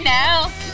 now